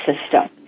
system